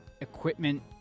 equipment